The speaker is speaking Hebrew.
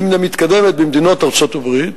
והיא מן המתקדמות במדינות ארצות-הברית,